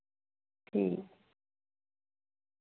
ठीक